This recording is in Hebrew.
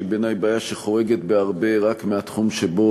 שהיא בעיני בעיה שחורגת בהרבה רק מהתחום שבו,